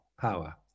power